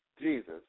Jesus